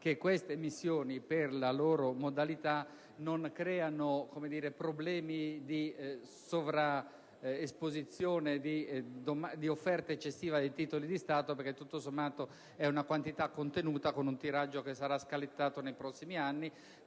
che queste emissioni, per la loro modalità, non creano problemi di sovraesposizione, di offerta eccessiva dei titoli di Stato, perché tutto sommato è una quantità contenuta, con un tiraggio che sarà scalettato nei prossimi anni.